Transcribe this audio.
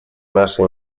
наши